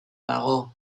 dago